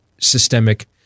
systemic